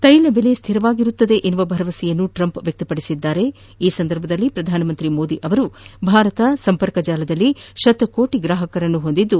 ತೈಲ ಬೆಲೆ ಸ್ಥಿರವಾಗಿರುತ್ತವೆ ಎಂಬ ಭರಮಸೆಯನ್ನು ಟ್ರಂಪ್ ವ್ಯಕ್ಷಪಡಿಸಿದ್ದಾರೆ ಇದೇ ಸಂದರ್ಭದಲ್ಲಿ ಪ್ರಧಾನಿ ಮೋದಿ ಅವರು ಭಾರತವು ಸಂಪರ್ಕ ಜಾಲದಲ್ಲಿ ಶತಕೋಟ ಗ್ರಾಹಕರನ್ನು ಹೊಂದಿದ್ದು